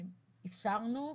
אפשרנו